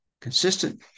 consistent